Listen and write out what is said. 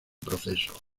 proceso